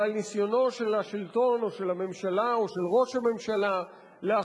ועל הניסיון של השלטון או של הממשלה או של ראש הממשלה להכפיף